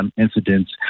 incidents